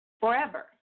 forever